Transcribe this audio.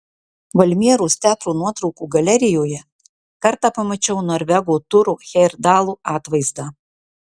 valmieros teatro nuotraukų galerijoje kartą pamačiau norvego turo hejerdalo atvaizdą